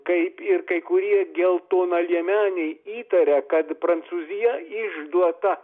kaip ir kai kurie geltonaliemeniai įtaria kad prancūzija išduota